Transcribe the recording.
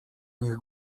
nich